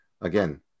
again